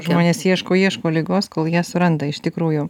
žmonės ieško ieško ligos kol ją suranda iš tikrųjų